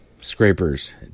scrapers